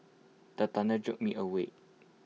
the thunder jolt me awake